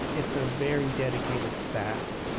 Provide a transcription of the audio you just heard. it's a very dedicated staff.